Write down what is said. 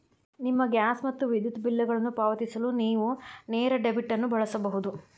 ನಿಮ್ಮ ಗ್ಯಾಸ್ ಮತ್ತು ವಿದ್ಯುತ್ ಬಿಲ್ಗಳನ್ನು ಪಾವತಿಸಲು ನೇವು ನೇರ ಡೆಬಿಟ್ ಅನ್ನು ಬಳಸಬಹುದು